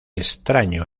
extraño